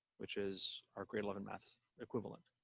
which is our grade eleven math equivalent.